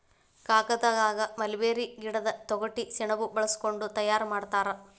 ಕಾಗದಾನ ಮಲ್ಬೇರಿ ಗಿಡದ ತೊಗಟಿ ಸೆಣಬ ಬಳಸಕೊಂಡ ತಯಾರ ಮಾಡ್ತಾರ